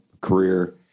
career